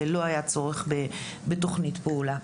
ולא היה צורך בתוכנית פעולה.